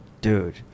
Dude